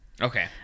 Okay